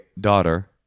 daughter